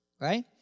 right